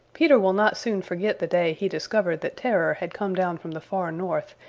peter will not soon forget the day he discovered that terror had come down from the far north,